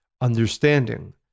understanding